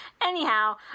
Anyhow